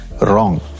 wrong